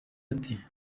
ati